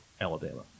Alabama